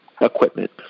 equipment